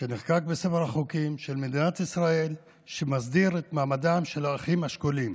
שנחקק בספר החוקים של מדינת ישראל שמסדיר את מעמדם של האחים השכולים.